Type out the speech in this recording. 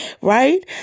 Right